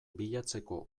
bilatzeko